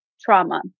trauma